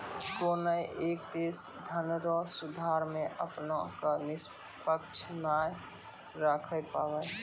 कोनय एक देश धनरो सुधार मे अपना क निष्पक्ष नाय राखै पाबै